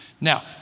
Now